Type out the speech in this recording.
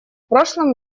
прошлом